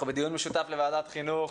אנחנו בדיון משותף לוועדת החינוך